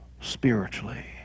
spiritually